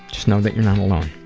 just know that you are not alone.